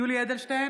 יולי יואל אדלשטיין,